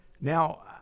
Now